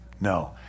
No